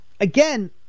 again